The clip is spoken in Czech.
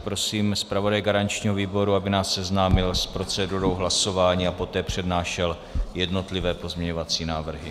Prosím zpravodaje garančního výboru, aby nás seznámil s procedurou hlasování a poté přednášel jednotlivé pozměňovací návrhy.